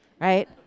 right